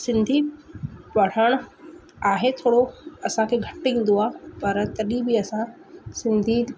सिंधी पढ़णु आहे थोरो असांखे घटि ईंदो आहे पर तॾहिं बि असां सिंधी